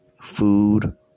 food